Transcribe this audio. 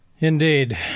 Indeed